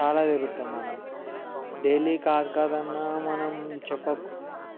చాలా తిరుగుతాం మనం డైలీ కాదు కాదన్నా మనం చెప్ప